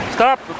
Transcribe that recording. Stop